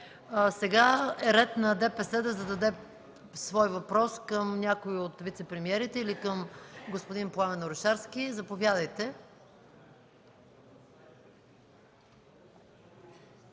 права и свободи да зададе свой въпрос към някой от вицепремиерите или към господин Пламен Орешарски. Заповядайте,